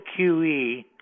QE